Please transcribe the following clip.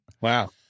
Wow